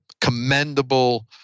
commendable